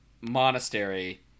monastery